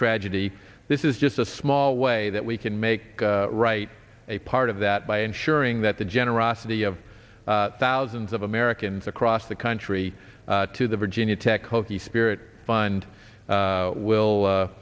tragedy this is just a small way that we can make right a part of that by ensuring that the generosity of thousands of americans across the country to the virginia tech hokie spirit fund will